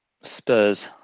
Spurs